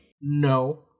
No